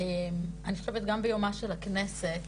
אני חושבת גם ביומה של הכנסת,